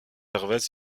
gervais